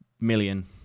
million